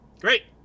Great